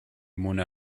mona